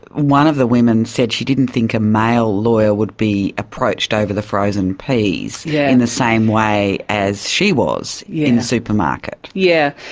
one of the women said she didn't think a male lawyer would be approached over the frozen peas yeah in the same way as she was in the supermarket. yeah